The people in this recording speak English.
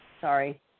sorry